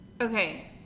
Okay